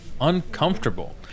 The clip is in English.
uncomfortable